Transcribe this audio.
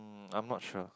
mm I'm not sure